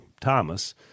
Thomas